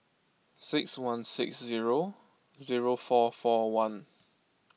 six one six zero zero four four one